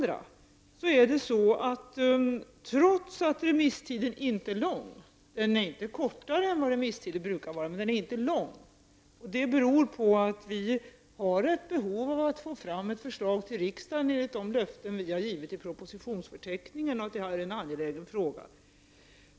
Remisstiden i detta ärende är inte lång — den är inte kortare än remisstider brukar vara, men den är inte lång, vilket beror på att regeringen har ett behov av att få fram ett förslag till riksdagen enligt de löften som har givits i propositionsförteckningen, då detta är en angelägen fråga.